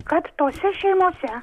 kad tose šeimose